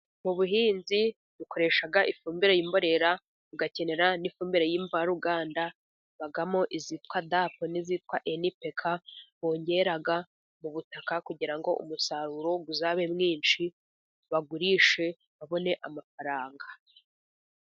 Mu buhinzi dukoreshaga ifumbire y'imborera tugakenera n'ifumbire y' imvaruganda. Habamo izitwa dapu n'izitwa enipeka bongera mu butaka, kugira ngo umusaruro uzabe mwinshi bagurishe babone amafaranga.